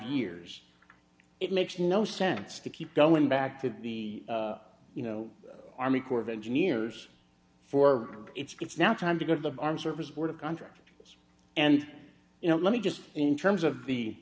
years it makes no sense to keep going back to the you know army corps of engineers for it's now time to go to the armed services board of contractors and you know let me just in terms of the